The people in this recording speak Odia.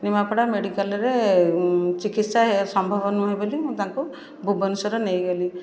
ନିମାପଡ଼ା ମେଡ଼ିକାଲରେ ଚିକିତ୍ସା ସମ୍ଭବ ନୁହେଁ ବୋଲି ମୁଁ ତାଙ୍କୁ ଭୁବନେଶ୍ୱର ନେଇଗଲି